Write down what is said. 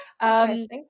thank